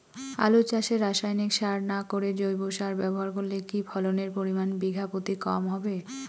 আলু চাষে রাসায়নিক সার না করে জৈব সার ব্যবহার করলে কি ফলনের পরিমান বিঘা প্রতি কম হবে?